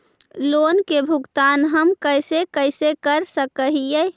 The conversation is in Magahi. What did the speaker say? लोन के भुगतान हम कैसे कैसे कर सक हिय?